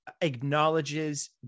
acknowledges